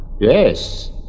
Yes